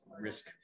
risk